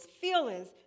feelings